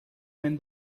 when